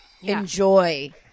enjoy